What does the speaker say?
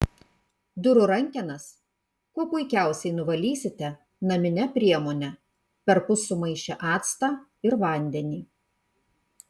durų rankenas kuo puikiausiai nuvalysite namine priemone perpus sumaišę actą ir vandenį